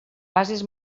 bases